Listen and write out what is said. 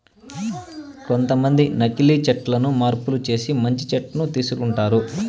కొంతమంది నకీలి చెక్ లను మార్పులు చేసి మంచి చెక్ ను తీసుకుంటారు